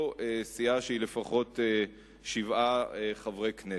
לסיעה שהיא לפחות שבעה חברי כנסת.